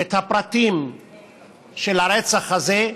את הפרטים של הרצח הזה,